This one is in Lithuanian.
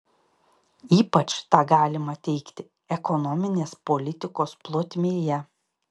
ypač tą galima teigti ekonominės politikos plotmėje